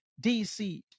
dc